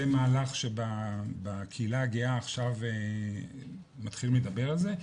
מהלך שבקהילה הגאה עכשיו מתחילים לדבר על זה,